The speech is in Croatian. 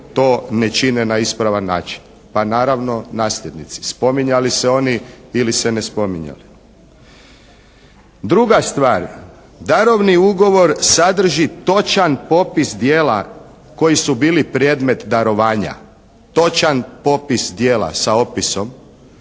to ne čine na ispravan način? Pa naravno nasljednici. Spominjali se oni ili se ne spominjali. Druga stvar. Darovni ugovor sadrži točan popis djela koji su bili predmet darovanja. Točan popis djela sa opisom.